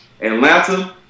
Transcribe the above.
Atlanta